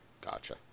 Gotcha